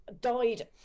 died